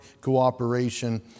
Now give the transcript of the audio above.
cooperation